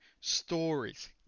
stories